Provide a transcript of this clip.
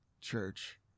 church